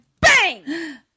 bang